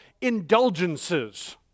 indulgences